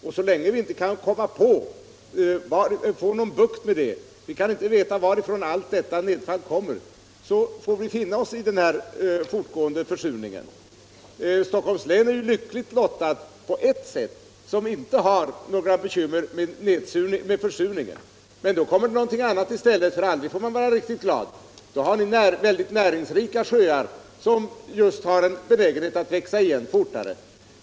Och så länge vi inte kan få bukt med den — vi vet inte varifrån varje del av allt detta nedfall kommer — får vi finna oss i den fortgående försurningen. Stockholms län är ju på ett sätt lyckligt lottat som inte har problem med försurningen. Men då kommer det någonting annat i stället, för aldrig får man vara riktigt glad. Då har ni här väldigt näringsrika sjöar, som just har en benägenhet att växa igen fortare.